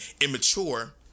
immature